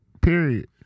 Period